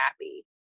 happy